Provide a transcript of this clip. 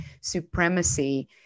supremacy